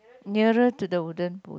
nearer to the wooden pole